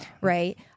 right